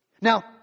Now